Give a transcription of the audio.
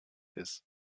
ist